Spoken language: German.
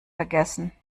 vergessen